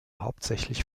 hauptsächlich